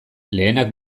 lehenak